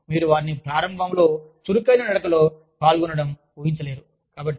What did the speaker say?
కానీ మీరు వారిని ప్రారంభంలో చురుకైన నడకలో పాల్గొనడం ఊహించలేరు